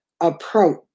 approach